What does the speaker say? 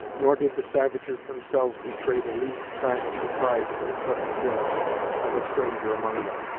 nor did the savages themselves betray the least sign of surprise at this sudden appearance of a stranger among them.